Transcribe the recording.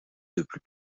depuis